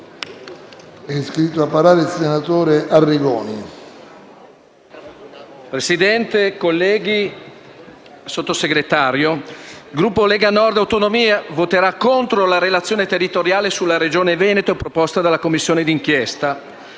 Presidente, colleghi, onorevole Sottosegretario, il Gruppo Lega Nord e Autonomie voterà contro la relazione territoriale sulla Regione Veneto proposta dalla Commissione d'inchiesta.